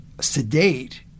sedate